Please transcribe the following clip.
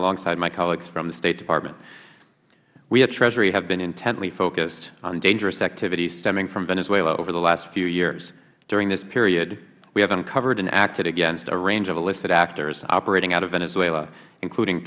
alongside my colleagues from the state department we at treasury have been intently focused on dangerous activities stemming from venezuela over the last few years during this period we have uncovered and acted against a range of illicit actors operating out of venezuela including